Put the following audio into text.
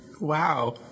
Wow